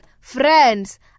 friends